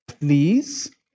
please